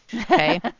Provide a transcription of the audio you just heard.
Okay